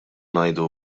ngħidu